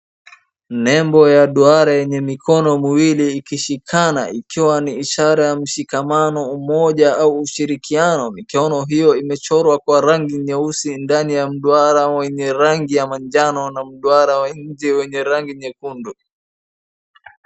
Nembo ya duara yenye mikono muwili ikishikana ikiwa ni ishara ya mshikamano, umoja au ushirikiano. Mikono hiyo imechorwa kwa rangi nyeusi ndani ya mduara mwenye rangi ya majano na mduara wa nje wenye rangi nyekundu.